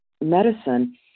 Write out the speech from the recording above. Medicine